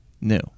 New